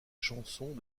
chansons